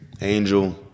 Angel